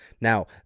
Now